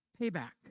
payback